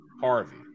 Harvey